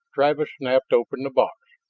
travis snapped open the box,